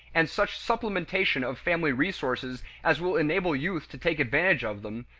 and such supplementation of family resources as will enable youth to take advantage of them,